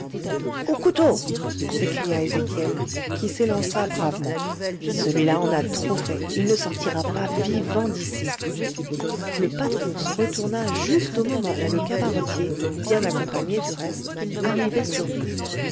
aux couteaux s'écria ezéchiel qui s'élança bravement celui-là en a trop fait il ne sortira pas vivant d'ici le patron se retourna juste au moment où le cabaretier bien accompagné du reste arrivait sur lui